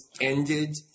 ended